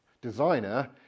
designer